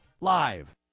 Live